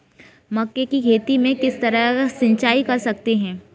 मक्के की खेती में किस तरह सिंचाई कर सकते हैं?